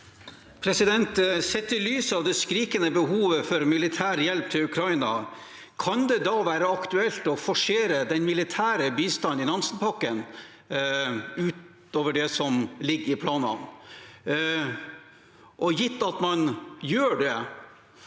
Sett i lys av det skri- kende behovet for militær hjelp til Ukraina – kan det være aktuelt å forsere den militære bistanden i Nansenpakken utover det som ligger i planene? Gitt at man gjør det,